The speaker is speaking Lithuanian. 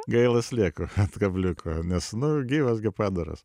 gaila slieko ant kabliuko nes nu gyvas gi padaras